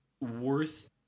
worth